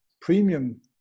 premium